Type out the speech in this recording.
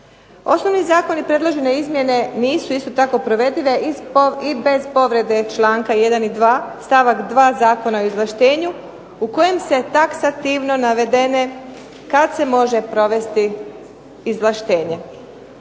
Osnovni zakon i predložene izmjene nisu isto tako povredive i bez povrede članka 1. i 2. stavak 2. Zakona o izvlaštenju u kojem se taksativno navedene kada se može provesti izvlaštenje.